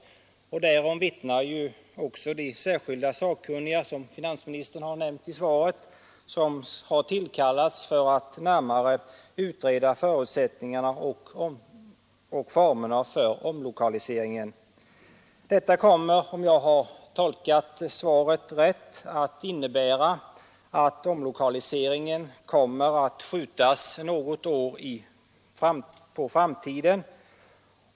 Därom vittnar ju också att särskilda sakkunniga, som finansministern har nämnt i svaret, har tillkallats för att närmare utreda förutsättningarna och formerna för omlokaliseringen. Om jag har tolkat svaret rätt, innebär detta att omlokaliseringen kommer att skjutas något år på framtiden.